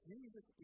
Jesus